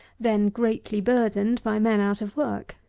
then greatly burdened by men out of work.